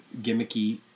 gimmicky